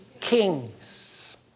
Kings